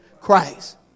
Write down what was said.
Christ